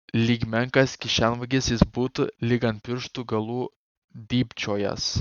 lyg menkas kišenvagis jis būtų lyg ant pirštų galų dybčiojąs